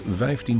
15